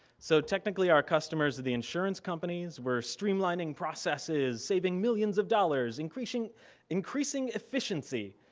so, technically our customers are the insurance companies. where streamlining process is saving millions of dollars, increasing increasing efficiency,